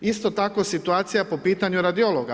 Isto tako situacija po pitanju radiologa.